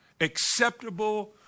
Acceptable